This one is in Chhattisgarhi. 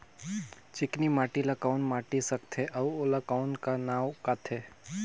चिकनी माटी ला कौन माटी सकथे अउ ओला कौन का नाव काथे?